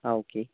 ആ ഓക്കേ